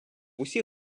усіх